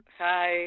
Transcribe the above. hi